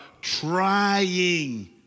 trying